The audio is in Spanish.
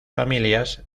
familias